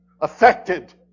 affected